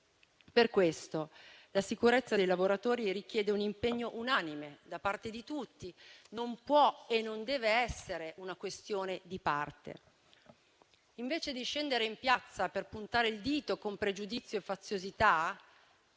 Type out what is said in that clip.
Per questo la sicurezza dei lavoratori richiede un impegno unanime da parte di tutti: non può e non deve essere una questione di parte. Invece di scendere in piazza per puntare il dito con pregiudizio e faziosità